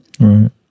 Right